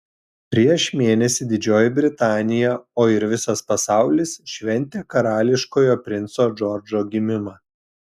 prieš mėnesį didžioji britanija o ir visas pasaulis šventė karališkojo princo džordžo gimimą